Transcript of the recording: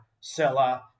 seller